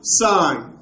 sign